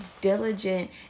diligent